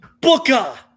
Booker